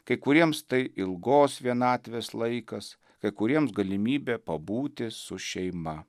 kai kuriems tai ilgos vienatvės laikas kai kuriems galimybė pabūti su šeima